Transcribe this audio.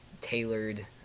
tailored